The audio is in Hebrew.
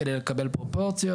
כדי לקבל פרופורציות,